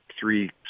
three